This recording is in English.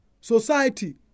Society